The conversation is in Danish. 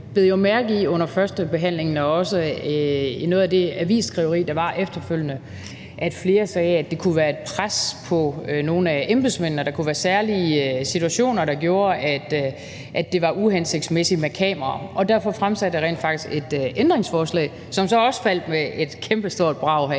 jo bed mærke i under førstebehandlingen og også i noget af det avisskriveri, der var efterfølgende, at flere sagde, at det kunne være et pres på nogle af embedsmændene, og at der kunne være særlige situationer, der gjorde, at det var uhensigtsmæssigt med kamera på. Og derfor stillede jeg rent faktisk et ændringsforslag, som så også faldt med et kæmpestort brag herinde